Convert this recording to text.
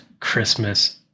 Christmas